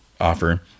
offer